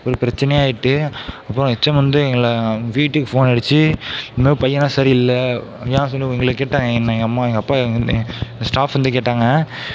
பெரிய பிரச்சனையா ஆகிட்டு அப்றம் ஹெச்எம் வந்து எங்களை வீட்டுக்கு போன் அடித்து இதுமாதிரி பையன்லாம் சரி இல்லை ஏன்னு சொல்லி எங்களை கேட்டு என்னை எங்கள் அம்மா கேட்டாங்க வந்து ஸ்டாப்ஸுலாம் வந்து கேட்டாங்க